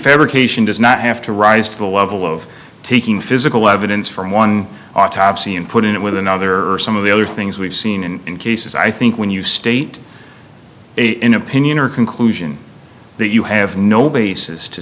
fabrication does not have to rise to the level of taking physical evidence from one autopsy and put it with another some of the other things we've seen and cases i think when you state a in opinion or conclusion that you have no basis to